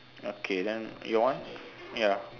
okay then your one ya